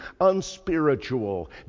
unspiritual